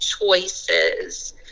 choices